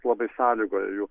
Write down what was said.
labai sąlygoja jų